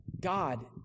God